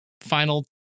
final